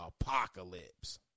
apocalypse